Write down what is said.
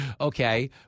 okay